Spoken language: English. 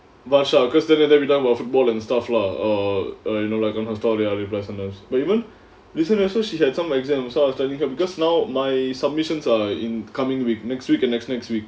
vakshara because connect everytime of ball and stuff lah err err you know like on her story I reply some of those but even recently also she had some exams so I was telling her because now my submissions are like in coming week next week and next next week